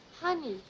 Honey